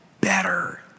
better